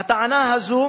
הטענה הזאת